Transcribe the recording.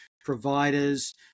providers